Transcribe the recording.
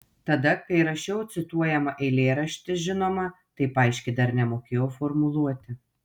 tada kai rašiau cituojamą eilėraštį žinoma taip aiškiai dar nemokėjau formuluoti